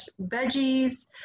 veggies